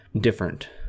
different